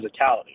physicality